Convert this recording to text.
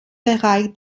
bereich